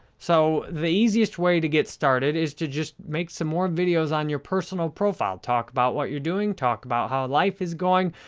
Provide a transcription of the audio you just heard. so, the easiest way to get started is to just make some more videos on your personal profile. talk about what you're doing, talk about how life is going,